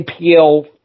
NPL